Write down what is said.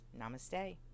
namaste